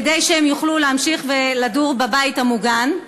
כדי שהם יוכלו להמשיך ולדור בבית המוגן.